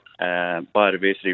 biodiversity